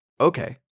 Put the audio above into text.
Okay